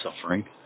suffering